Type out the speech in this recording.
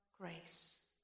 grace